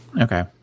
Okay